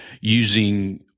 using